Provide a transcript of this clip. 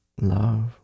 love